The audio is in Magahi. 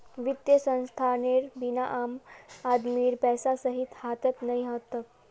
वित्तीय संस्थानेर बिना आम आदमीर पैसा सही हाथत नइ ह तोक